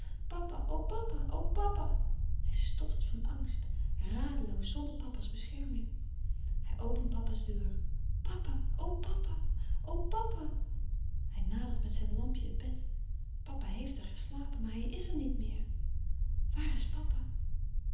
o papa o papa hij stottert van angst radeloos zonder papa's bescherming hij opent papa's deur papa o papa o papa hij nadert met zijn lampje het bed papa heeft er geslapen maar hij is er niet meer waar is papa